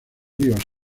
ríos